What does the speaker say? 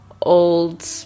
old